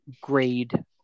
grade